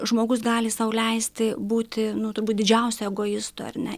žmogus gali sau leisti būti nu turbūt didžiausiu egoistu ar ne